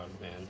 man